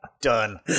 Done